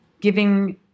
giving